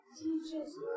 teachers